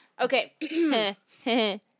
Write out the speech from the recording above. Okay